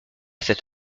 cet